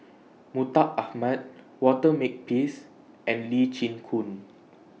Mustaq Ahmad Walter Makepeace and Lee Chin Koon